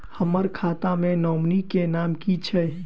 हम्मर खाता मे नॉमनी केँ नाम की छैय